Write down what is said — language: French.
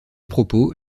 propos